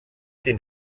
den